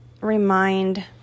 remind